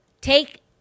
take